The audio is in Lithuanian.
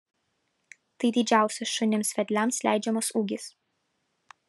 tai didžiausias šunims vedliams leidžiamas ūgis